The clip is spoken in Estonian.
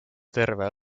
terve